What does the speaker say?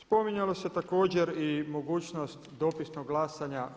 Spominjalo se također i mogućnost dopisnog glasanja.